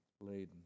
laden